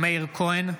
אינו נוכח מאיר כהן,